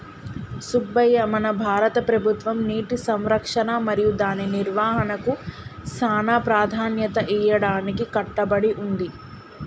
సుబ్బయ్య మన భారత ప్రభుత్వం నీటి సంరక్షణ మరియు దాని నిర్వాహనకు సానా ప్రదాన్యత ఇయ్యడానికి కట్టబడి ఉంది